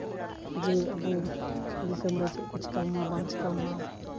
ᱡᱮ ᱟᱵᱚ ᱫᱤᱥᱚᱢ ᱨᱮ ᱪᱮᱫ ᱠᱚ ᱪᱤᱠᱟᱹ ᱞᱮᱱᱟ ᱵᱟᱝ ᱪᱤᱠᱟᱹ ᱞᱮᱱᱟ